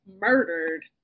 murdered